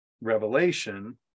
revelation